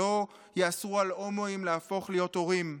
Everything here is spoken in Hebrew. שלא יאסרו על הומואים להפוך להיות הורים?